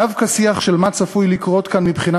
דווקא שיח על מה צפוי לקרות כאן מבחינה